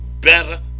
better